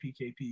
PKP